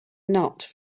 not